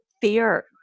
fear